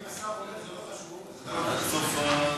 ואם השר אומר שזה לא חשוב, אז אתה לא מקבל.